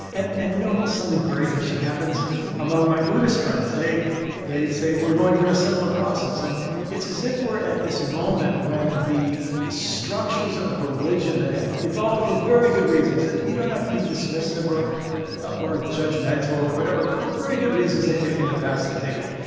and and, you know, something very interesting happens among my buddhist friends. they they say, we're going through a similar process. and it's as if we're at this moment when the structures of religion that have evolved for very good reasons and you don't have to be dismissive or ah or judgmental or whatever. for very good reasons they have taken the paths, they've taken.